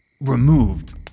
removed